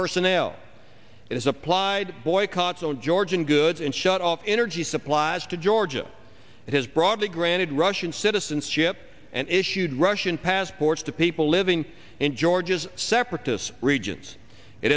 personnel is applied boycotts on georgian goods and shut off energy supplies to georgia has broadly granted russian citizenship and issued russian passports to people living in georgia's separatist regions it